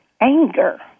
anger